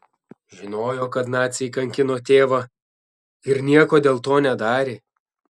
žinojo kaip naciai kankino tėvą ir nieko dėl to nedarė